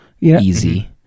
Easy